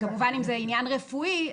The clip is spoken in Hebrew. וכמובן אם זה עניין רפואי,